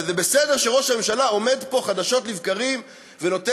וזה בסדר שראש הממשלה עומד פה חדשות לבקרים ונותן